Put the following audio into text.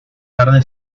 tarde